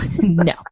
No